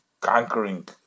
conquering